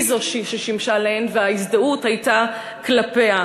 היא זו ששימשה להן, וההזדהות הייתה כלפיה.